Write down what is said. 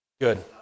Good